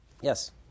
Yes